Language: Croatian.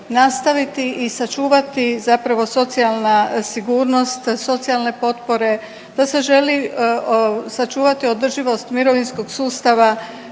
i sačuvati zapravo socijalna sigurnost, socijalne potpore, da se želi sačuvati održivost mirovinskog sustava,